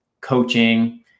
coaching